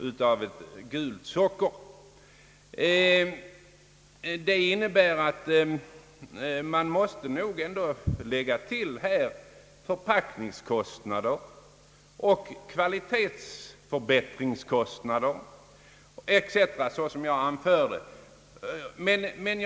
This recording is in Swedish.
Därför måste man nog till det priset lägga förpackningsoch kvalitetsförbättringskostnader etc., såsom jag anförde.